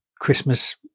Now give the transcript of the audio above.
Christmas